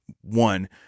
one